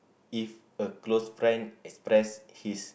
if a close friend express his